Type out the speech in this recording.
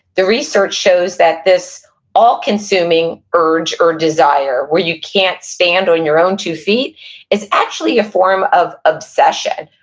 the research shows that this all consuming urge or desire, where you can't stand on your own two feet is actually a form of obsession,